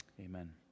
Amen